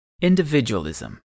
Individualism